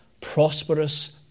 prosperous